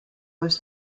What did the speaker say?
was